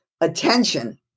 attention